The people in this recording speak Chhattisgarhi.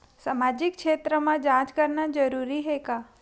सामाजिक क्षेत्र म जांच करना जरूरी हे का?